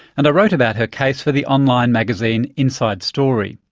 and i wrote about her case for the online magazine inside story.